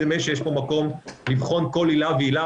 נדמה לי שיש מקום לבחון כל עילה ועילה